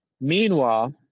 Meanwhile